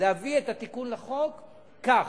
להביא את התיקון לחוק כך.